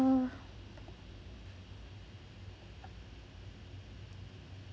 um